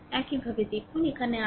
একইভাবে দেখুন এখানে r কী